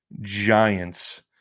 Giants